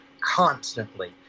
constantly